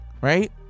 right